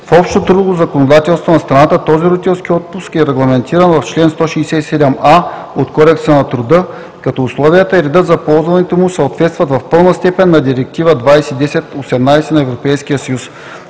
В общото трудово законодателство на страната този родителски отпуск е регламентиран в чл. 167а от Кодекса на труда, като условията и редът за ползването му съответстват в пълна степен на Директива 2010/18/ЕС.